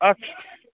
अच्छा